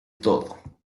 todo